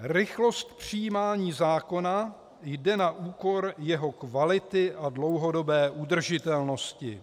Rychlost přijímání zákona jde na úkor jeho kvality a dlouhodobé udržitelnosti.